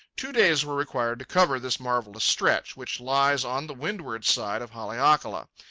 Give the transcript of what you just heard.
two days were required to cover this marvellous stretch, which lies on the windward side of haleakala.